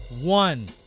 One